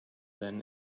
then